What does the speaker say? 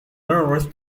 nervous